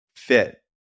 fit